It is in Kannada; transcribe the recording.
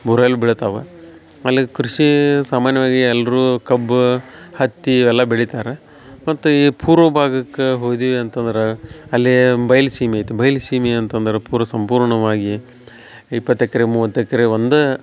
ಬೋರ್ವೆಲ್ ಬಿಳ್ತಾವ ಅಲ್ಲಿ ಕೃಷಿ ಸಾಮಾನ್ಯವಾಗಿ ಎಲ್ಲರು ಕಬ್ಬು ಹತ್ತಿ ಇವೆಲ್ಲ ಬೆಳಿತಾರೆ ಮತ್ತು ಈ ಪೂರ್ವ ಭಾಗಕ್ಕ ಹೋದೀವಿ ಅಂತಂದ್ರ ಅಲ್ಲಿ ಬೈಲು ಸೀಮೆ ಐತಿ ಬೈಲು ಸೀಮೆ ಅಂತಂದ್ರ ಪೂರ ಸಂಪೂರ್ಣವಾಗಿ ಇಪ್ಪತ್ತು ಎಕ್ಕರೆ ಮೂವತ್ತು ಎಕ್ಕರೆ ಒಂದು